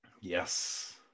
Yes